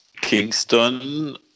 Kingston